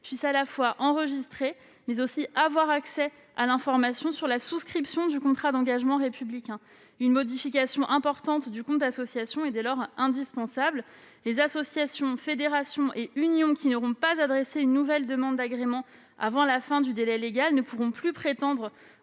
puissent à la fois enregistrer et avoir accès à l'information sur la souscription du contrat d'engagement républicain. Une modification importante du compte association est dès lors indispensable. Les associations, fédérations et unions qui n'auront pas adressé une nouvelle demande d'agrément avant la fin du délai légal ne pourront plus prétendre